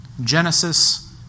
Genesis